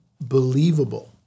believable